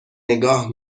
نگاه